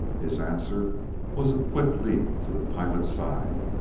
his answer was a quick leap to the pilot's side.